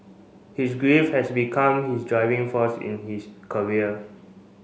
his grief has become his driving force in his career